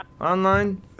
online